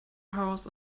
house